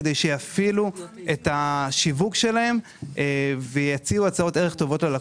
כדי שיפעילו את השיווק שלהן ויציעו הצעות ערך טובות ללקוחות.